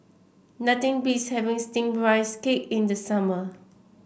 nothing beats having steamed Rice Cake in the summer